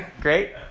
Great